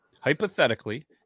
Hypothetically